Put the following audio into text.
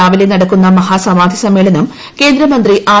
രാവിലെ നടക്കുന്ന മഹാ സമാധി സമ്മേളനം ക്ട്രേന്ദ്രി ആർ